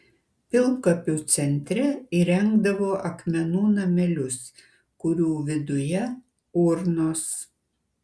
pilkapių centre įrengdavo akmenų namelius kurių viduje urnos